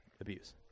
abuse